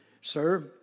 sir